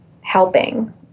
helping